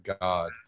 God